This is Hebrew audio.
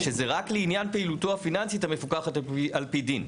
שזה רק לעניין פעילותו הפיננסית המפוקחת על פי דין.